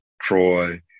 Troy